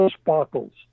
sparkles